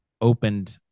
opened